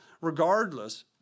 regardless